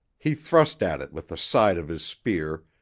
he thrust at it with the side of his spear,